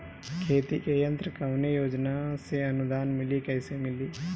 खेती के यंत्र कवने योजना से अनुदान मिली कैसे मिली?